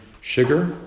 Sugar